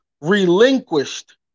relinquished